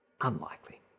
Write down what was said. Unlikely